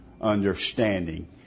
understanding